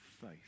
faith